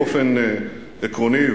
באופן עקרוני,